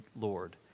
Lord